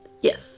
yes